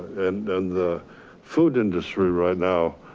and the food industry right now,